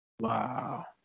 Wow